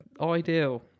ideal